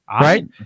Right